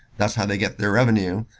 that's how they get their revenue.